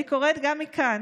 אני קוראת גם מכאן